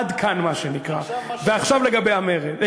עד כאן, מה שנקרא, עכשיו, ועכשיו לגבי המרד.